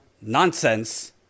nonsense